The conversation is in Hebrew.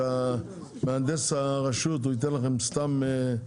מהנדס הרשות ייתן לכם סתם הערות?